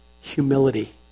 humility